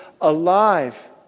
alive